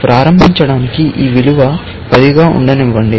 ప్రారంభించడానికి ఈ విలువ 10 గా ఉండనివ్వండి